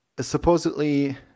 supposedly